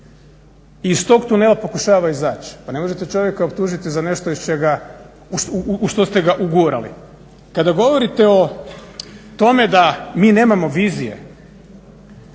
Iz tog tunela pokušava izaći. Pa ne možete čovjeka optužiti za nešto u što ste ga ugurali. Kada govorite o tome da mi nemamo vizije.